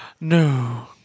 No